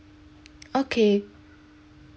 okay